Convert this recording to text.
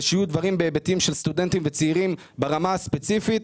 ושיהיו דברים בהיבטים של סטודנטים וצעירים ברמה ספציפית.